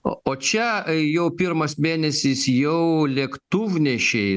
o o čia jau pirmas mėnesis jau lėktuvnešiai